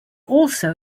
also